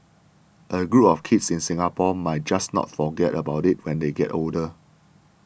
a group of kids in Singapore might just not forget about it when they get older